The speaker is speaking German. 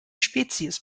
spezies